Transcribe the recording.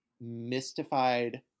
mystified